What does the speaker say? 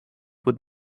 would